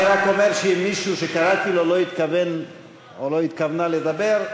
אני רק אומר שאם מישהו שקראתי לו לא התכוון או לא התכוונה לדבר,